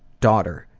daughter,